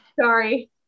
Sorry